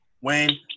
Wayne